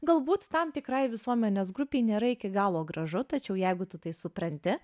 galbūt tam tikrai visuomenės grupei nėra iki galo gražu tačiau jeigu tu tai supranti